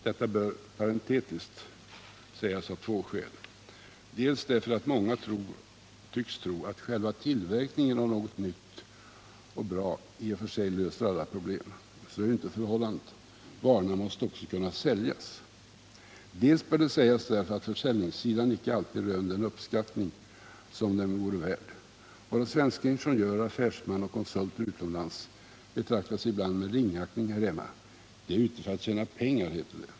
Detta bör — parentetiskt — sägas av två skäl: dels därför att många tycks tro att själva tillverkningen av något nytt och bra i och för sig löser alla problem — så är ju inte förhållandet, utan varorna måste också kunna säljas — dels därför att försäljningssidan icke alltid röner den uppskattning som den vore värd. Våra svenska ingenjörer, affärsmän och konsulter utomlands betraktas ibland med ringaktning här hemma. De är ute för att tjäna pengar, heter det.